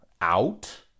out